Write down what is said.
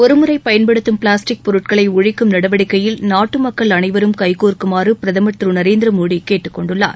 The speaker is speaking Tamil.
ஒருமுறை பயன்படுத்தும் பிளாஸ்டிக் பொருட்களை ஒழிக்கும் நடவடிக்கையில் நாட்டு மக்கள் அனைவரும் கைகோர்க்குமாறு பிரதமர் திரு நரேந்திர மோடி கேட்டுக்கொண்டுள்ளார்